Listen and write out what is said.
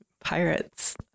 Pirates